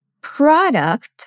product